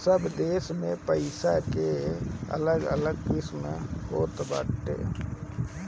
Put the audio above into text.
सब देस के पईसा के अलग अलग किमत होत बाटे